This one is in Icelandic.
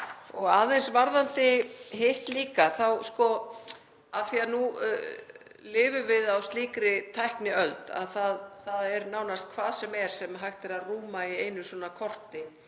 Aðeins varðandi hitt líka. Af því að nú lifum við á slíkri tækniöld að það er nánast hvað sem er sem hægt er að rúma í einu svona korti